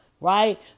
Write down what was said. right